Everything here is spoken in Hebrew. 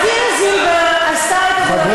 אז דינה זילבר עשתה את חובתה כעובדת ציבור,